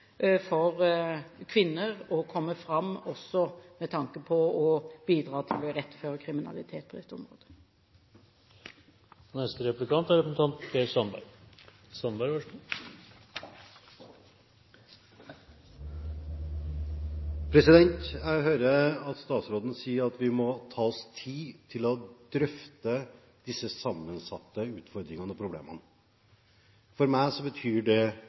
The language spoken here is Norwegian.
for kvinner å komme fram. Jeg hører at statsråden sier at vi må ta oss tid til å drøfte disse sammensatte utfordringene og problemene. For meg betyr det